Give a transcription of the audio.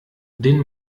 den